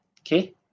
okay